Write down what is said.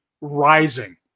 rising